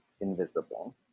invisible